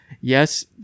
yes